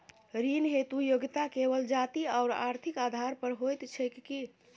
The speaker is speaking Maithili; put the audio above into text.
ऋण हेतु योग्यता केवल जाति आओर आर्थिक आधार पर होइत छैक की?